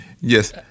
yes